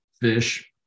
fish